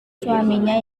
suaminya